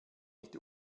nicht